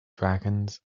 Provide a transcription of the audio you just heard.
dragons